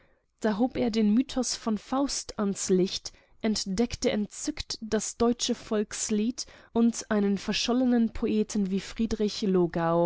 da hob er den mythos von faust ans licht entdeckte entzückt das deutsche volkslied und einen verschollenen poeten wie